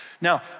Now